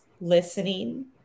listening